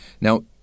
Now